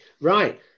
right